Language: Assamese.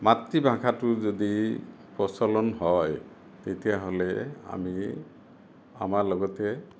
মাতৃভাষাটো যদি প্ৰচলন হয় তেতিয়া হ'লে আমি আমাৰ লগতে